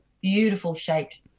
beautiful-shaped